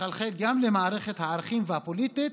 יחלחל גם למערכת הערכים הפוליטית